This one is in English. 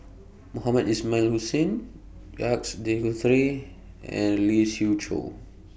Mohamed Ismail Hussain Jacques De Go three and Lee Siew Choh